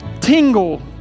tingle